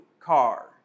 car